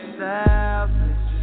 selfish